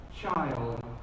child